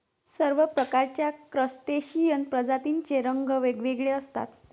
सर्व प्रकारच्या क्रस्टेशियन प्रजातींचे रंग वेगवेगळे असतात